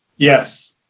yes.